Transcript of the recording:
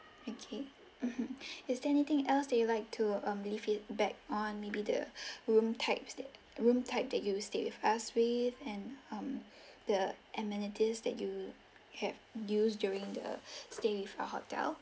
okay mmhmm is there anything else that you'd like to um leave feedback on maybe the room types that room type that you stayed with us with and um the amenities that you have used during the stay with our hotel